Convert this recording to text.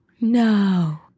No